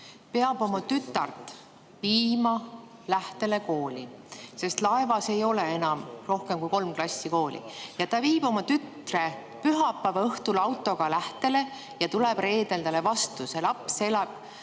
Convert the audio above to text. peab oma tütart viima Lähtele kooli, sest Laevas ei ole enam rohkema kui kolme klassiga kooli. Ta viib oma tütre pühapäeva õhtul autoga Lähtele ja tuleb reedel talle vastu. See laps elab